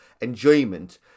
enjoyment